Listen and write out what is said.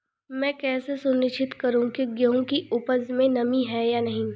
मैं कैसे सुनिश्चित करूँ की गेहूँ की उपज में नमी है या नहीं?